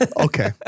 Okay